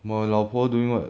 我老婆 doing what